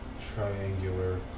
triangular